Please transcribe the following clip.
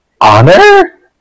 honor